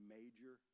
major